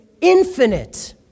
infinite